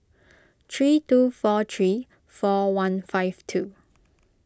three two four three four one five two